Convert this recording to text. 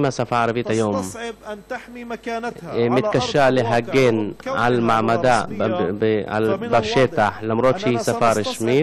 אם השפה הערבית היום מתקשה להגן על מעמדה בשטח למרות שהיא שפה רשמית,